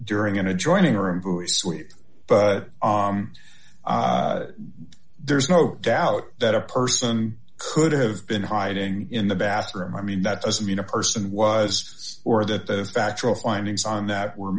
during an adjoining room but there's no doubt that a person could have been hiding in the bathroom i mean that doesn't mean a person was or that there's factual findings on that were